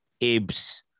Ibs